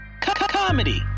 comedy